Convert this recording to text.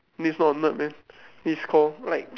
this not a nerd man this is call like